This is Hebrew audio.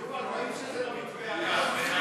יובל, רואים שזה לא מתווה הגז.